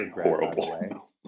horrible